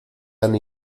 han